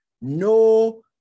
No